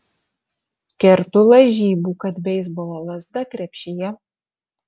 kertu lažybų kad beisbolo lazda krepšyje